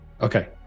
Okay